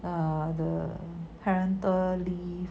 err the parental leave